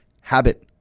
habit